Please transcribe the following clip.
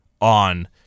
on